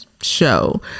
show